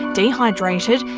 dehydrated,